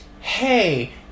hey